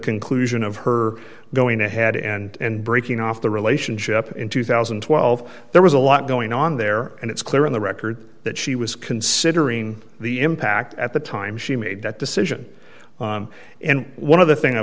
conclusion of her going ahead and breaking off the relationship in two thousand and twelve there was a lot going on there and it's clear on the record that she was considering the impact at the time she made that decision and one of the things i